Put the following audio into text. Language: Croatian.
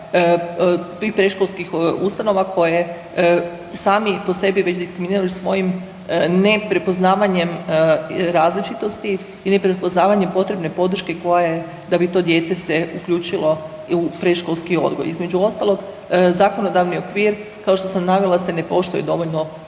predškolskih ustanova koje sami po sebi već diskriminiraju svojim neprepoznavanjem različitosti i neprepoznavanjem potrebne podrške koja je da bi to dijete se uključilo u predškolski odgoj. Između ostalog zakonodavni okvir se kao što sam navela se ne poštuje dovoljno